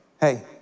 Hey